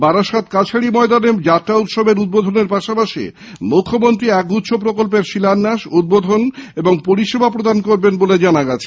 বারাসাত কাছারি ময়দানে যাত্রা উৎসবের উদ্বোধনের পাশাপাশি মুখ্যমন্ত্রী একগুচ্ছ প্রকল্পের শিলান্যাস উদ্বোধন এবং পরিষেবা প্রদান করবেন বলে জানা গেছে